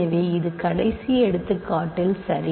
எனவே இது கடைசி எடுத்துக்காட்டில் சரி